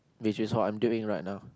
which I what I'm doing right now